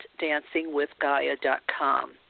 dancingwithgaia.com